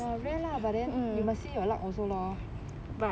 rare lah but then you must see your luck also lor